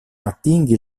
atingi